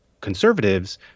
conservatives